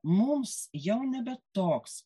mums jau nebe toks